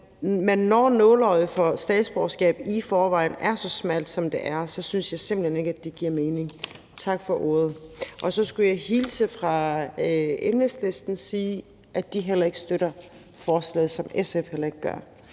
men når nåleøjet for statsborgerskab i forvejen er så smalt, som det er, så synes jeg simpelt hen ikke, at det giver mening. Så skulle jeg hilse fra Enhedslisten og sige, at de ikke støtter forslaget, hvilket SF heller ikke gør.